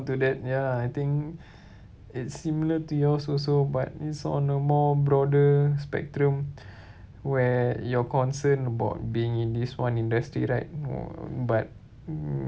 to that ya I think it's similar to yours also but it's on a more broader spectrum where you're concerned about being in this one industry right uh but mm